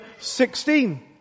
16